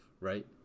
right